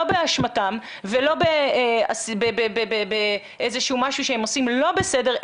לא באשמתם ולא באיזה שהוא משהו שהם עושים לא בסדר,